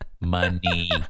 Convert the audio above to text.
money